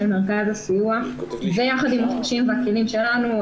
מרכז הסיוע ויחד עם החושים והכלים שלנו,